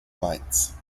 mainz